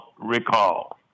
recall